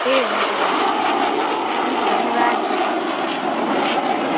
ए हुन्छ हुन्छ हुन्छ धन्यवाद हुन्छ